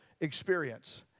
experience